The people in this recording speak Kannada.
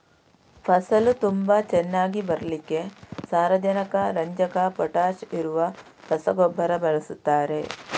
ಫಸಲು ತುಂಬಾ ಚೆನ್ನಾಗಿ ಬರ್ಲಿಕ್ಕೆ ಸಾರಜನಕ, ರಂಜಕ, ಪೊಟಾಷ್ ಇರುವ ರಸಗೊಬ್ಬರ ಬಳಸ್ತಾರೆ